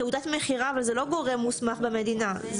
תעודת מכירה אבל זה לא גורם מוסמך במדינה.